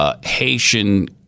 Haitian